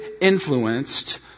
influenced